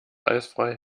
eisfrei